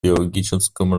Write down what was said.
биологическом